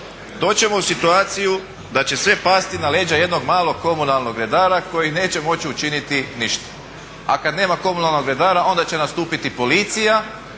ćemo u situaciju da će sve pasti na leđa jednog malog komunalnog redara koji neće moći učiniti ništa. A kad nema komunalnog redara onda će nastupiti policija.